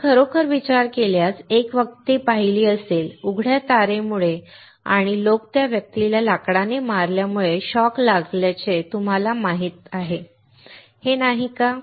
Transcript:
आपण खरोखर विचार केल्यास आपण एक व्यक्ती पाहिले असेल उघड्या तारेमुळे आणि लोक त्या व्यक्तीला लाकडाने मारल्यामुळे शॉक लागल्याचे तुम्हाला माहीत आहे हे नाही का